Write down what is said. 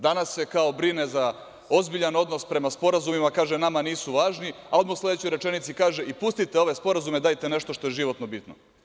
Danas se kao brine za ozbiljan odnos prema sporazumima, kaže – nama nisu važni, a odmah u sledećoj rečenici kaže – i pustite ove sporazume, dajte nešto što je životno bitno.